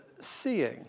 seeing